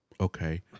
okay